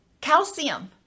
calcium